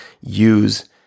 use